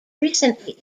recently